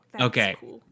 Okay